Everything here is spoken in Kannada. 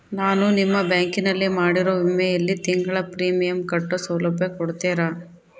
ನಾನು ನಿಮ್ಮ ಬ್ಯಾಂಕಿನಲ್ಲಿ ಮಾಡಿರೋ ವಿಮೆಯಲ್ಲಿ ತಿಂಗಳ ಪ್ರೇಮಿಯಂ ಕಟ್ಟೋ ಸೌಲಭ್ಯ ಕೊಡ್ತೇರಾ?